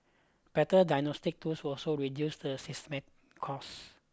better diagnostics tools will also reduce the systemic cost